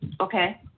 Okay